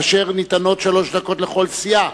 וניתנות בו שלוש דקות לכל סיעה.